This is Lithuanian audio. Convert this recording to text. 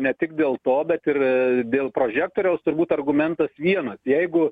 ne tik dėl to bet ir dėl prožektoriaus turbūt argumentas vienas jeigu